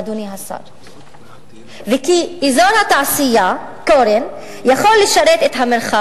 האוכלוסין וההגירה נראה כי רוב רובם של מבקשי המקלט